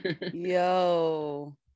Yo